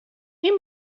این